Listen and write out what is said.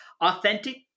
authentic